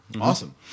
Awesome